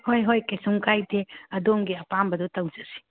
ꯍꯣꯏ ꯍꯣꯏ ꯀꯩꯁꯨꯝ ꯀꯥꯏꯗꯦ ꯑꯗꯣꯝꯒꯤ ꯑꯄꯥꯝꯕꯗꯨ ꯇꯧꯁꯤ